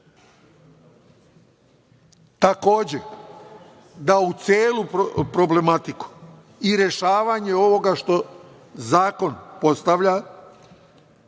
da u celu problematiku i rešavanje ovoga što zakon postavlja